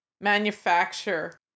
manufacture